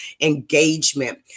Engagement